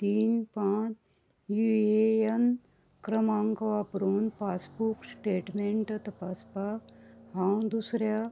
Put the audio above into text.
तीन पांच U A N क्रमांक वापरून पासबूक स्टेटमँट तपासपाक हांव दुसऱ्या